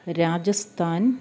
Rajasthan